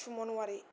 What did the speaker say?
सुमन औवारि